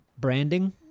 Branding